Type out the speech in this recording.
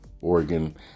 Oregon